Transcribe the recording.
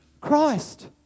Christ